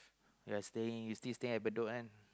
you are staying you still stay at Bedok one